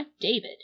david